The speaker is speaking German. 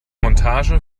montage